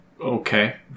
Okay